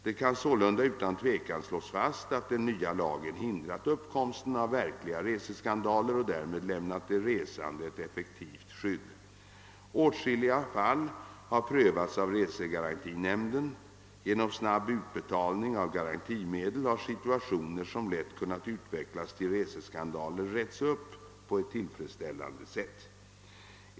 Det kan sålunda utan tvekan slås fast att den nya lagen hindrat uppkomsten av verkliga reseskandaler och därmed lämnat de resande ett effektivt skydd. Åtskilliga fall har prövats av resegarantiärenden. Genom snabb utbetalning av garantimedel har situationer som lätt kunnat utvecklas till reseskandaler retts upp på ett tillfredsställande sätt.